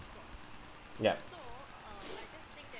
yes